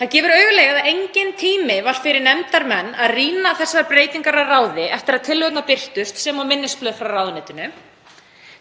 Það gefur augaleið að enginn tími var fyrir nefndarmenn til að rýna þessar breytingar að ráði eftir að tillögurnar birtust sem og minnisblöð frá ráðuneytinu.